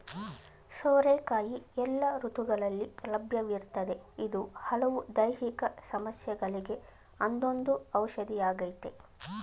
ಸೋರೆಕಾಯಿ ಎಲ್ಲ ಋತುಗಳಲ್ಲಿ ಲಭ್ಯವಿರ್ತದೆ ಇದು ಹಲವು ದೈಹಿಕ ಸಮಸ್ಯೆಗಳಿಗೆ ಅದೊಂದು ಔಷಧಿಯಾಗಯ್ತೆ